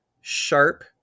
sharp